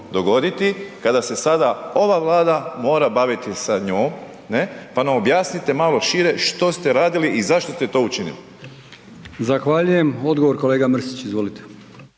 dogoditi kada se sada ova Vlada mora baviti sa njom, ne? Pa nam objasnite malo šire, što ste radili i zašto ste to učinili? **Brkić, Milijan (HDZ)** Zahvaljujem. Odgovor, kolega Mrsić, izvolite.